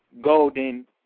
golden